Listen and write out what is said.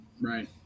Right